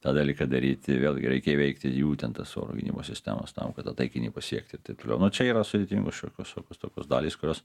tą dalyką daryti vėlgi reikia įveikti jų ten tas oro gynybos sistemas tam kad taikinį pasiekti taip toliau nu čia yra sudėtingos šiokios tokios tokios dalys kurios